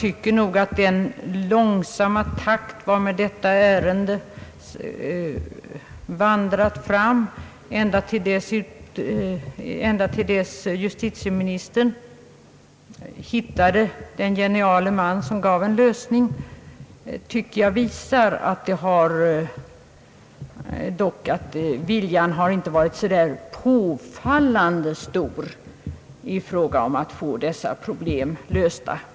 Den långsamma takt varmed detta ärende vandrat fram ända till dess justitieministern hittade den geniale man som fann en lösning, tycker jag visar, att viljan inte varit så där påfallande stor att lösa problemen.